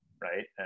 right